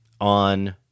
on